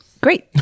great